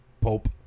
Pope